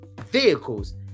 vehicles